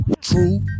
True